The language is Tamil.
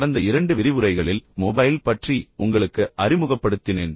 கடந்த இரண்டு விரிவுரைகளில் மொபைல் பற்றி உங்களுக்கு அறிமுகப்படுத்தத் தொடங்கினேன்